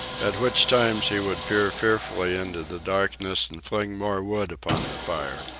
at which times he would peer fearfully into the darkness and fling more wood upon the fire.